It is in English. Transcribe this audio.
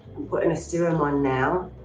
but and a serum on now.